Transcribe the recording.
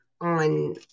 on